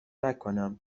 نکنم